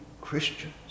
Christians